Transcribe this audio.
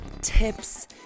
tips